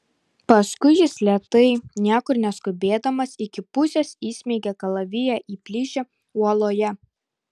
paskui jis lėtai niekur neskubėdamas iki pusės įsmeigė kalaviją į plyšį uoloje